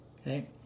Okay